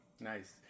Nice